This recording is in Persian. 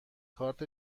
کارت